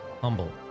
humble